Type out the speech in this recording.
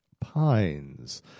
pines